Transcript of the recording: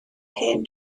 hen